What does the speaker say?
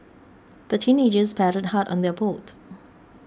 the teenagers paddled hard on their boat